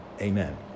Amen